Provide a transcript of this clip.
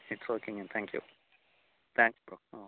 it's ஓகேங்க thank you thanks bro ah